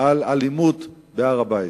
על אלימות בהר-הבית.